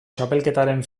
txapelketaren